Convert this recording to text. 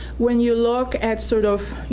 when you look at sort of, you